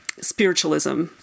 spiritualism